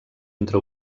entre